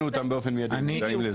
אותם באופן מידי הם מודעים לזה.